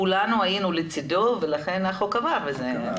כולנו היינו לצידו ולכן החוק עבר וזה מצוין.